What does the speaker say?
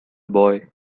boy